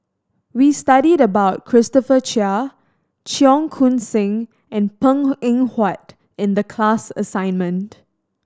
we studied about Christopher Chia Cheong Koon Seng and Png Eng Huat in the class assignment